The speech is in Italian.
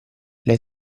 lei